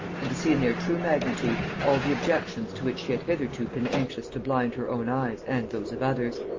and to see in their true magnitude all the objections to which she had hitherto been anxious to blind her own eyes and those of others.